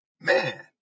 Man